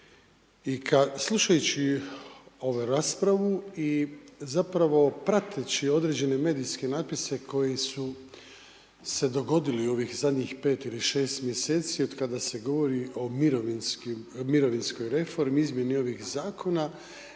I slušajući ovu raspravu i zapravo prateći određene medijske natpise koji su se dogodili u ovih 5 ili 6 mjeseci otkada se govori o mirovinskoj reformi, izmjeni ovih zakona